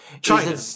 China